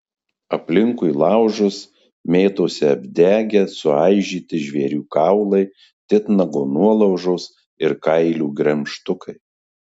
aplinkui laužus mėtosi apdegę suaižyti žvėrių kaulai titnago nuolaužos ir kailių gremžtukai